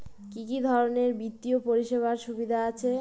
কি কি ধরনের বিত্তীয় পরিষেবার সুবিধা আছে?